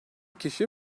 kişi